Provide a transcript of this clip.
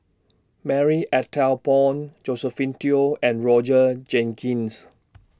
Marie Ethel Bong Josephine Teo and Roger Jenkins